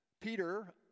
Peter